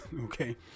Okay